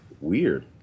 weird